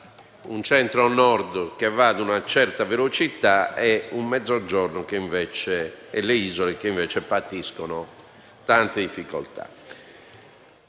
un Centro-Nord che va a una certa velocità e un Mezzogiorno e le isole che, invece, patiscono tante difficoltà.